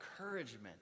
encouragement